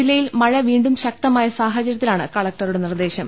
ജില്ലയിൽ മഴ വീണ്ടും ശക്തമായ സാഹചര്യത്തിലാണ് കലക്ടറുടെ നിർദേശം